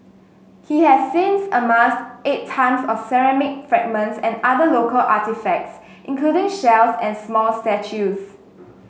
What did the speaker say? he has since amassed eight tonnes of ceramic fragments and other local artefacts including shells and small statues